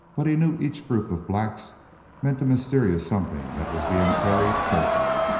but he knew each group of blacks meant a mysterious something that was being carried carefully.